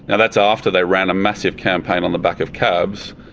yeah that's after they ran a massive campaign on the back of cabs.